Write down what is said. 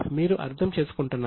మీరు అర్థం చేసుకుంటున్నారా